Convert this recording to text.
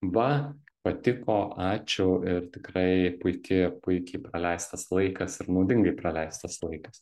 va patiko ačiū ir tikrai puiki puikiai praleistas laikas ir naudingai praleistas laikas